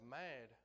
mad